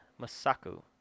Masaku